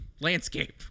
landscape